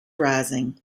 rising